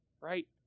right